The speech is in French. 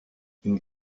une